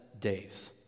days